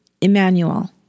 Emmanuel